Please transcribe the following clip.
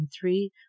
three